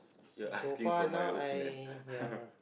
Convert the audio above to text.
you're asking for my opinion